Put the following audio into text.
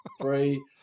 three